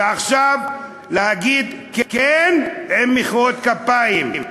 ועכשיו להגיד כן עם מחיאות כפיים.